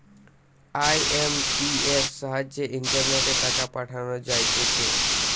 IMPS সাহায্যে ইন্টারনেটে টাকা পাঠানো যাইতেছে